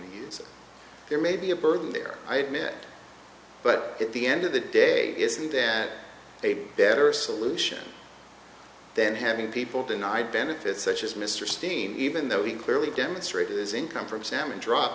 so there may be a burden there i've met but at the end of the day isn't that a better solution then having people denied benefits such as mr steam even though he clearly demonstrated his income from salmon drop